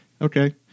Okay